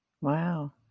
Wow